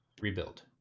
rebuild